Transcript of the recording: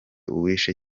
uwishe